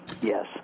yes